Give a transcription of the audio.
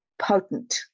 potent